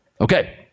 Okay